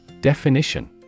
Definition